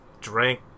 drank